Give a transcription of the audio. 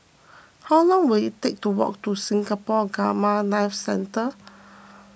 how long will it take to walk to Singapore Gamma Knife Centre